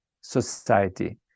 society